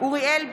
אוריאל בוסו,